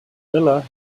millar